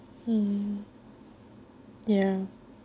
um ya